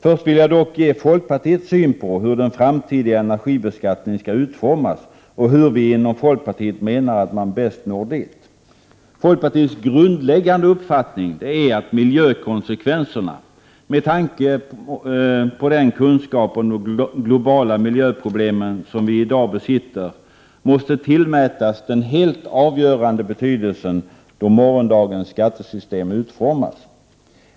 Först vill jag dock ge folkpartiets syn på hur den framtida energibeskattningen skall utformas och redovisa hur vi inom folkpartiet menar att man bäst når dit. Folkpartiets grundläggande uppfattning är att miljökonsekvenserna— med tanke på den kunskap om de globala miljöproblemen som vi i dag besitter — måste tillmätas den helt avgörande betydelsen då morgondagens skattesystem utformas.